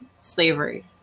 slavery